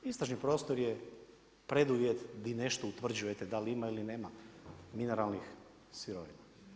Istražni prostor je preduvjet di nešto utvrđujete dal ima ili nema mineralnih sirovina.